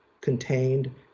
contained